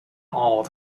all